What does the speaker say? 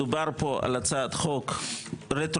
מדובר פה בהצעת חוק רטרואקטיבית,